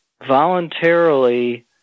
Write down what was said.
voluntarily